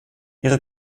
ihre